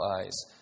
eyes